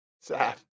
sad